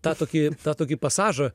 tą tokį tą tokį pasažą